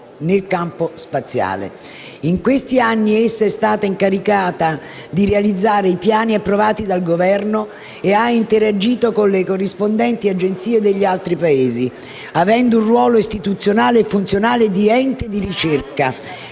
nel campo spaziale. In questi anni essa è stata incaricata di realizzare i piani approvati dal Governo e ha interagito con le corrispondenti Agenzie degli altri Paesi, avendo un ruolo istituzionale e funzionale di ente di ricerca,